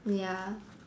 ya